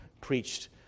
preached